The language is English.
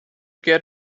get